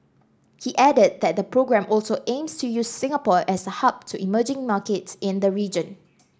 he added that the programme also aims to use Singapore as a hub to emerging markets in the region